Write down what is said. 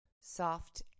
soft